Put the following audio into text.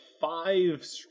five